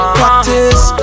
practice